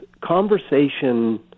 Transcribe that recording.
conversation